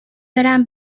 برم